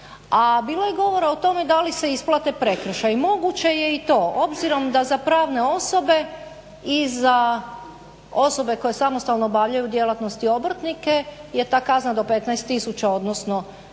A bilo je govora o tome da li se isplate prekršaji. Moguće je i to, obzirom da za pravne osobe i za osobe koje samostalno obavljaju djelatnost i obrtnike je ta kazna do 15000, odnosno do 5, a